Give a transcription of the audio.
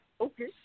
Okay